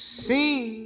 seen